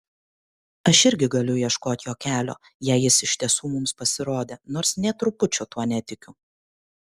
aš irgi galiu ieškot jo kelio jei jis iš tiesų mums pasirodė nors nė trupučio tuo netikiu